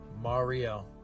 Mario